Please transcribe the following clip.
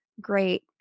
great